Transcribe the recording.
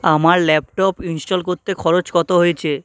আমার laptop install করতে খরচ কত হয়েছে